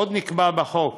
עוד נקבע בחוק